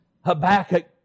Habakkuk